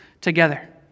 together